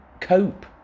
cope